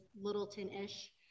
Littleton-ish